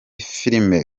filime